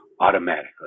automatically